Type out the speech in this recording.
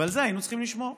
ועל זה היינו צריכים לשמור,